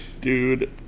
Dude